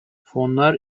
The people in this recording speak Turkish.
fonlar